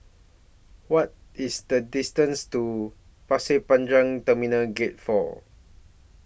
What IS The distance to Pasir Panjang Terminal Gate four